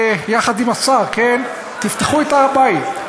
יחד עם השר, כן, תפתחו את הר-הבית.